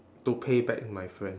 to pay back my friend